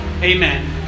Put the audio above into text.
Amen